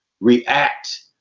react